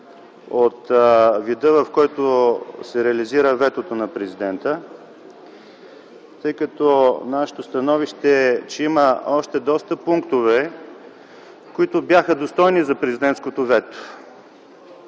от вида, в който се реализира ветото на президента. Нашето становище е, че има още доста пунктове, които бяха достойни за президентското вето.